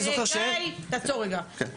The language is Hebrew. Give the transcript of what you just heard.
רגע, ישראל --- רגע, שנייה.